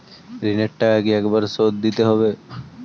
ঋণের টাকা কি একবার শোধ দিতে হবে?